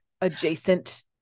adjacent